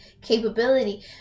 capability—